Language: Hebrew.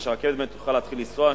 כדי שהרכבת באמת תוכל להתחיל לנסוע,